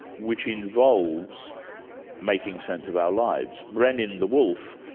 which involves making sense of our lives. brenin, the wolf,